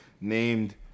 named